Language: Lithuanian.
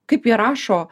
kaip jie rašo